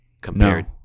compared